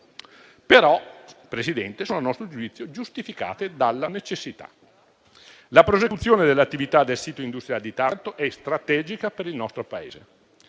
signor Presidente, sono a nostro giudizio giustificate dalla necessità: la prosecuzione delle attività del sito industriale di Taranto è strategica per il nostro Paese;